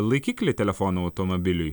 laikiklį telefono automobiliui